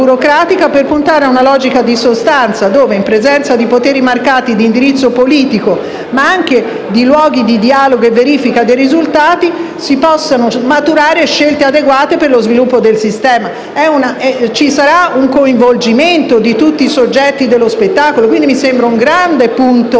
per puntare a una logica di sostanza, dove, in presenza di poteri marcati di indirizzo politico, ma anche di luoghi di dialogo e verifica dei risultati, si possano maturare scelte adeguate per lo sviluppo del sistema. Ci sarà un coinvolgimento di tutti i soggetti dello spettacolo e questo mi sembra un elemento